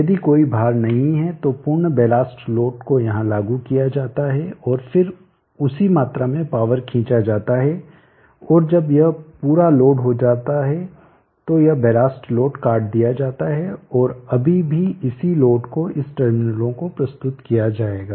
यदि कोई भार नहीं है तो पूर्ण बेलास्ट लोड को यहां लागू किया जाता है और फिर उसी मात्रा में पॉवर खिंचा जाता है और जब यह पूरा लोड होता है तो यह बेलास्ट लोड काट दिया जाता है और अभी भी इसी लोड को इस टर्मिनलों को प्रस्तुत किया जाएगा